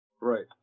right